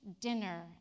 dinner